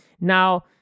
Now